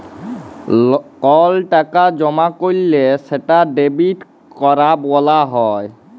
call টাকা জমা ক্যরলে সেটা ডেবিট ক্যরা ব্যলা হ্যয়